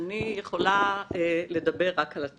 די.בי פיתוח",